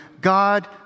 God